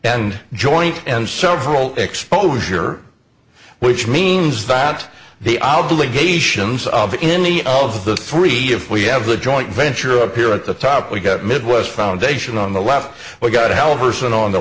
and joint and several exposure which means that the obligations of any of the three if we have a joint venture appear at the top we've got midwest foundation on the left but got a hell of a person on the